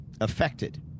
affected